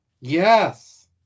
Yes